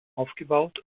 aufgebaut